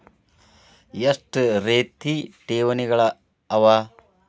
ಎಷ್ಟ ರೇತಿ ಠೇವಣಿಗಳ ಅವ?